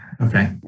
Okay